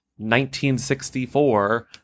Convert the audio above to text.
1964